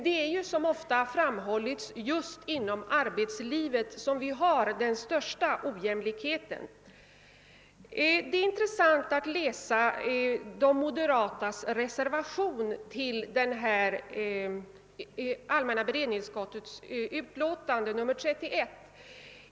Det är ju, såsom ofta framhållits, just inom arbetslivet som vi har den största ojämlikheten. Det är intressant att läsa de moderatas reservation vid allmänna beredningsutskottets utlåtande nr 31.